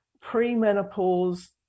pre-menopause